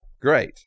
great